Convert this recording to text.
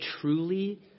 truly